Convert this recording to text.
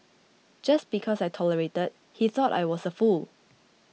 just because I tolerated he thought I was a fool